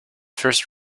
first